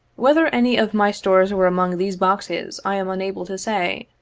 whether any of my stores were among these boxes, i am unable to say.